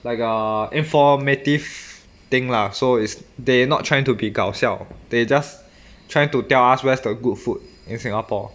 like a informative thing lah so is they not trying to be 搞笑 they just trying to tell us where is the good food in singapore